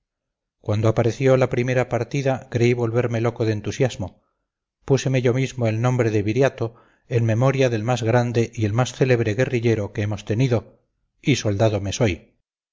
cuando apareció la primera partida creí volverme loco de entusiasmo púseme yo mismo el nombre de viriato en memoria del más grande y el más célebre guerrillero que hemos tenido y soldado me soy